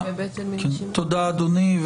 תודה אדוני,